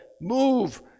move